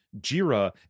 Jira